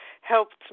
helped